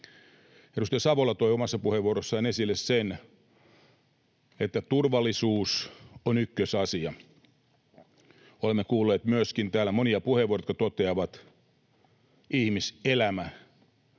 Edustaja Savola toi omassa puheenvuorossaan esille sen, että turvallisuus on ykkösasia. Olemme kuulleet täällä myöskin monia puheenvuoroja, jotka toteavat: keskeisimpänä